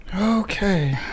Okay